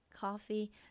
coffee